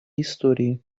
истории